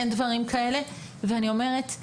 אין דברים כאלה, ואני אומרת,